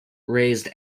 raised